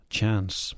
Chance